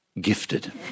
gifted